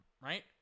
right